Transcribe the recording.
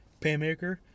Paymaker